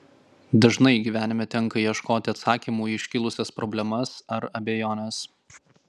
dažnai gyvenime tenka ieškoti atsakymų į iškilusias problemas ar abejones